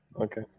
Okay